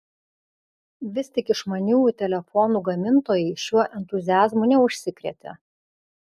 vis tik išmaniųjų telefonų gamintojai šiuo entuziazmu neužsikrėtė